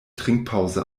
trinkpause